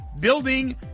Building